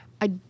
I-